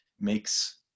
makes